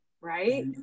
right